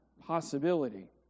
possibility